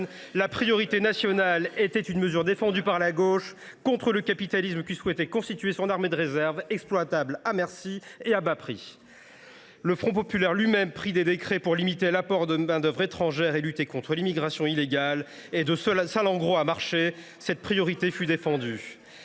la priorité nationale était une mesure… Raciste !… défendue par la gauche, contre le capitalisme qui souhaitait constituer son armée de réserve, exploitable à merci et à bas prix ! Le Front populaire lui même prit des décrets pour limiter l’apport de main d’œuvre étrangère et lutter contre l’immigration illégale. De Salengro à Marchais, cette priorité fut défendue.